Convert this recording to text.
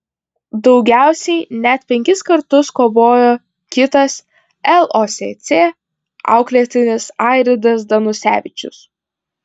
daugiausiai net penkis kartus kovojo kitas losc auklėtinis airidas danusevičius